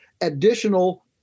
additional